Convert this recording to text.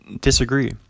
disagree